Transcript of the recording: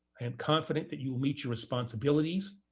and confident that you will meet your responsibilities,